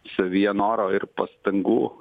savyje noro ir pastangų